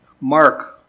Mark